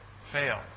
fail